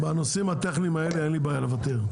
בנושאים הטכניים האלה אין לי בעיה לוותר.